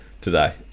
today